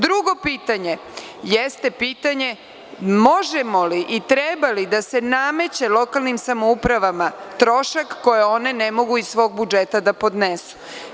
Drugo pitanje jeste pitanje – možemo li i treba li da se nameće lokalnim samoupravama trošak koje one ne mogu iz svog budžeta da podnesu?